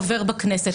עובר בכנסת.